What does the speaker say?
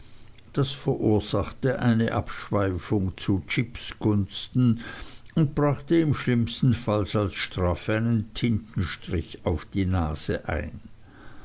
das verursachte eine abschweifung zu jips gunsten und brachte ihm schlimmstenfalls als strafe einen tintenstrich auf die nase ein